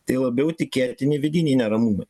tai labiau tikėtini vidiniai neramumai